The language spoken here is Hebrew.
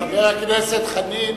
חבר הכנסת חנין,